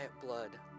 blood